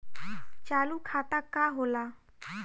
चालू खाता का होला?